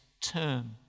term